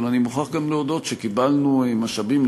אבל אני מוכרח גם להודות שקיבלנו משאבים,